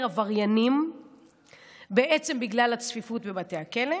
עבריינים בגלל הצפיפות בבתי הכלא,